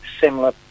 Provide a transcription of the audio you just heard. similar